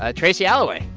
ah tracy alloway,